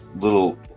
little